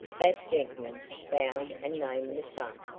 that gentleman bowed and named the sum,